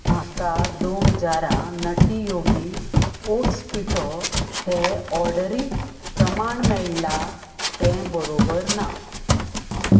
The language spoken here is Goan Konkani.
म्हाका दोन जारां नटी योगी ओट्स पिठो हे ऑर्डरींत प्रमाण मेळ्ळां तें बरोबर ना